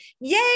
yay